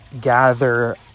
Gather